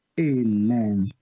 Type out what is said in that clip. Amen